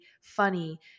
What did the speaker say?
funny